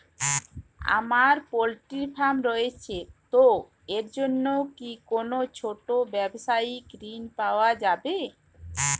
আমার poultry farm রয়েছে তো এর জন্য কি কোনো ছোটো ব্যাবসায়িক ঋণ পাওয়া যাবে?